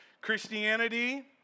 Christianity